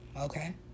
Okay